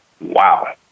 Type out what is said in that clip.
Wow